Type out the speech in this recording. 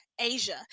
Asia